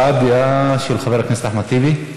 הבעת דעה של חבר הכנסת אחמד טיבי.